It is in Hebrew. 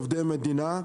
עובדי המדינה,